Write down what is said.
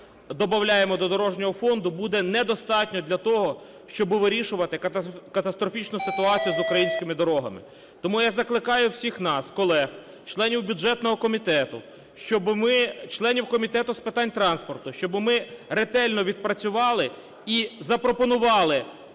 добавляємо до Дорожнього фонду, буде недостатньо для того, щоби вирішувати катастрофічну ситуацію з українськими дорогами. Тому я закликаю всіх нас колег, членів бюджетного комітету, членів Комітету з питань транспорту, щоби ми ретельно відпрацювали і запропонували